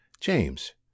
James